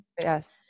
Yes